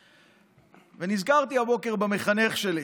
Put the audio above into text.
ונזכרתי הבוקר במחנך שלי.